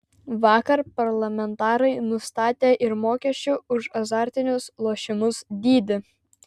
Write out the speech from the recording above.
vakar parlamentarai nustatė ir mokesčių už azartinius lošimus dydį